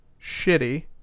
Shitty